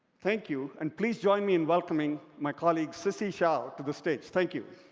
thank you and please join me in welcoming my colleague sissie hsiao to the stage. thank you.